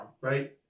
right